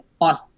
on